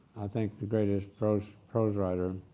think the greatest prose prose writer,